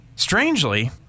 Strangely